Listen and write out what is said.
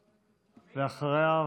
ואחריו,